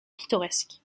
pittoresque